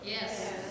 Yes